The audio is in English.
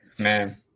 Man